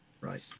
Right